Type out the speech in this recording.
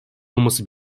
olması